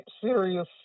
serious